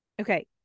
okay